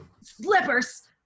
Slippers